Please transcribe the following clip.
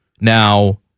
now